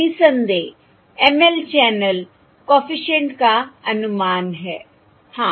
निसंदेह ML channel coefficient का अनुमान है हां